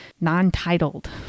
non-titled